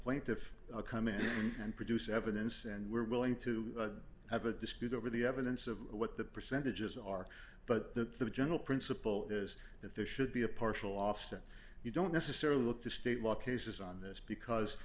plaintiff come in and produce evidence and we're willing to have a dispute over the evidence of what the percentages are but the general principle is that there should be a partial offset you don't necessarily look to state law cases on this because